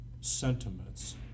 sentiments